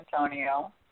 Antonio